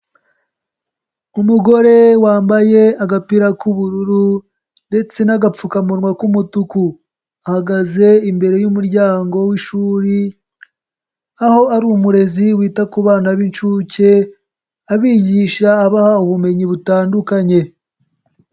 Umugore wambaye agapira k'ubururu ndetse n'agapfukamunwa k'umutuku, ahagaze imbere y'umuryango w'ishuri aho ari umurezi wita ku bana b'inshuke abigisha, abaha ubumenyi butandukanye.